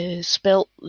spelt